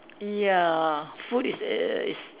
ya food is err is